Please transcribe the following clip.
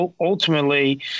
ultimately